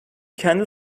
kendi